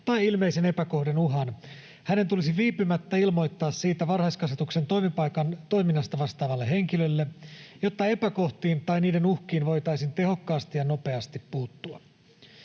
tai ilmeisen epäkohdan uhan, hänen tulisi viipymättä ilmoittaa siitä varhaiskasvatuksen toimipaikan toiminnasta vastaavalle henkilölle, jotta epäkohtiin tai niiden uhkiin voitaisiin tehokkaasti ja nopeasti puuttua.